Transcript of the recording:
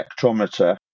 spectrometer